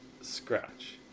Scratch